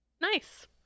Nice